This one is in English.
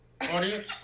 audience